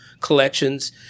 collections